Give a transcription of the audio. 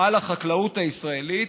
על החקלאות הישראלית,